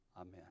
amen